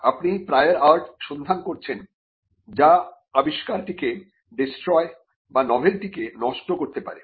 আপনি prior art সন্ধান করছেন যা আবিষ্কারটিকে ডেস্ট্রয় বা নভেলটিকে নষ্ট করতে পারে